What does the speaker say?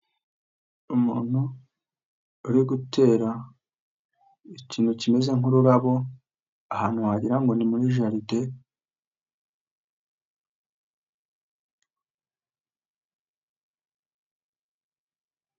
Umuntu uri gutera ikintu kimeze nk'ururabo ahantu wagira ngo ni muri jaride.